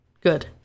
good